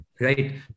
right